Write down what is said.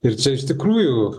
ir čia iš tikrųjų